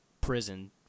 prison